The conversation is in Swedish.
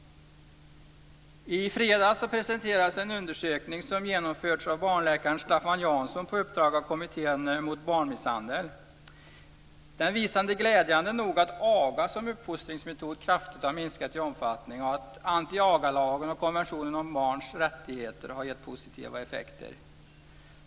I fredags presenterades en undersökning som genomförts av barnläkaren Staffan Jansson på uppdrag av kommittén mot barnmisshandel. Den visade glädjande nog att aga som uppfostringsmetod kraftigt har minskat i omfattning och att antiagalagen och konventionen om barns rättigheter har gett positiva effekter.